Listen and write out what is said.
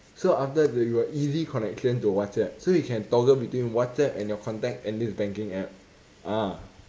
so after that you have easy connection to whatsapp so you can toggle between whatsapp and your contact and this banking app ah